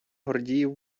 гордіїв